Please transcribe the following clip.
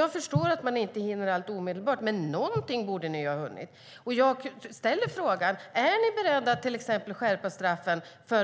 Jag förstår att ni inte hinner allt omedelbart, men något borde ni väl ha hunnit göra. Är ni beredda att till exempel skärpa straffen för bostadsinbrott?